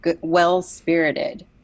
well-spirited